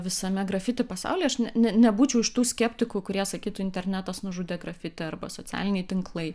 visame grafiti pasaulyje aš ne nebūčiau iš tų skeptikų kurie sakytų internetas nužudė grafiti arba socialiniai tinklai